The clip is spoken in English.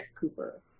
Cooper